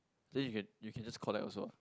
then you can you can just collect also